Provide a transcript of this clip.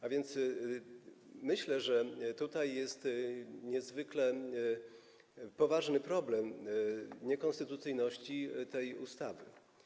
A więc myślę, że tutaj jest niezwykle poważny problem niekonstytucyjności tej ustawy.